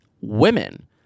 women